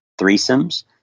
threesomes